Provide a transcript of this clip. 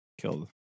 killed